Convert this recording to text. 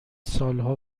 سالها